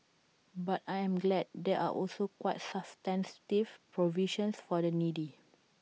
but I am glad there are also quite substantive provisions for the needy